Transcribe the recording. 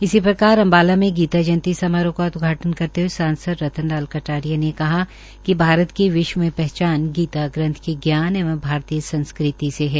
इसी प्रकार अम्बाला में गीता जयंती समारोह का उदघाटन करते हूए सांसद रतन लाल कटारिया ने कहा कि भारत की विश्व में पहचान गीता ग्रंथ के ज्ञान एवं भारतीय संस्कृति से है